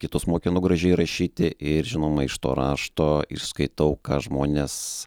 kitus mokinu gražiai rašyti ir žinoma iš to rašto išskaitau ką žmonės